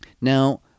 now